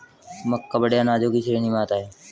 मक्का बड़े अनाजों की श्रेणी में आता है